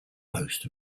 post